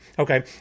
Okay